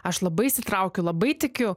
aš labai įsitraukiu labai tikiu